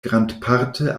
grandparte